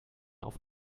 auf